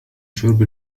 شرب